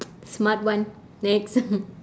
smart one next